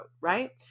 right